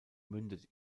mündet